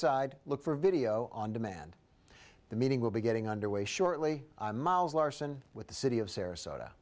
side look for video on demand the meeting will be getting underway shortly miles larson with the city of sarasota